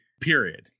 period